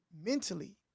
mentally